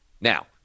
Now